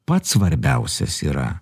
pats svarbiausias yra